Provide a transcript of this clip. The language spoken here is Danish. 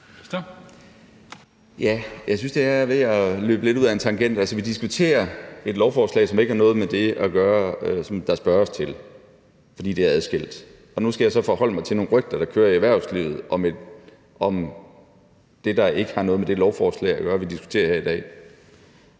Jeg synes, det er ved at løbe lidt ud ad en tangent. Altså, vi diskuterer et lovforslag, som ikke har noget at gøre med det, som der spørges til, fordi det er adskilt, og nu skal jeg så forholde mig til nogle rygter, der kører i erhvervslivet, om det, der ikke har noget med det lovforslag, vi diskuterer her i dag,